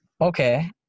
okay